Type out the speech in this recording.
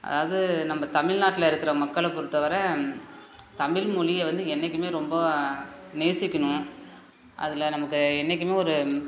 அதாவது நம்ப தமில்நாட்டில் இருக்கிற மக்களை பொறுத்த வர தமிழ் மொழிய வந்து என்னைக்குமே ரொம்ப நேசிக்கணும் அதில் நமக்கு என்னைக்குமே ஒரு